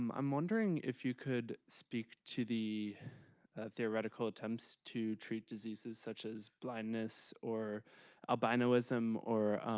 i'm wondering if you could speak to the theoretical attempts to treat diseases such as blindness or albinoism or